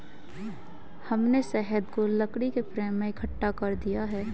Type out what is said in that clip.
हमने शहद को लकड़ी के फ्रेम पर इकट्ठा कर दिया है